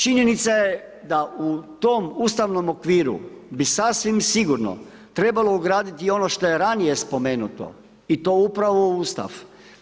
Činjenica je da u tom ustavnom okviru bi sasvim sigurno trebalo ugraditi ono što je ranije spomenuto i to upravo u Ustav.